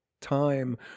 time